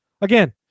Again